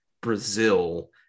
Brazil